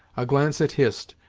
a glance at hist,